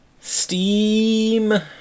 steam